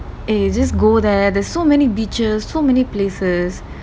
eh just go there there's so many beaches so many places